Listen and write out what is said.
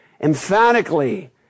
emphatically